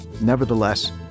Nevertheless